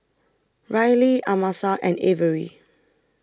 Rylee Amasa and Averi